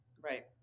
Right